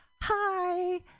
hi